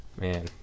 man